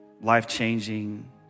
life-changing